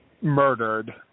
murdered